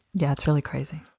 that's really crazy.